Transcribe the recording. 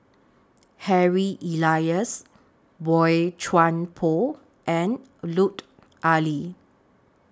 Harry Elias Boey Chuan Poh and Lut Ali